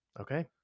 Okay